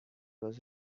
was